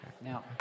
Now